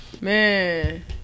Man